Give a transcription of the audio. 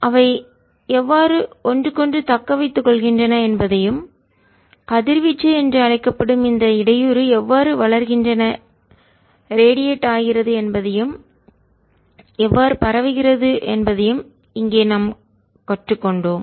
அவை எவ்வாறு ஒன்றுக்கொன்று தக்க வைத்துக் கொள்கின்றன என்பதையும் கதிர்வீச்சு என்று அழைக்கப்படும் இந்த இடையூறு எவ்வாறு வளர்க்கின்றன ரேடியேட்ஆகிறது என்பதையும் எவ்வாறு பரவுகின்றது என்பதையும் இங்கே நாம் கற்றுக் கொண்டோம்